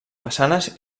façanes